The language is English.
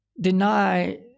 deny